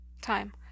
time